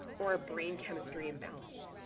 or a brain chemistry imbalance.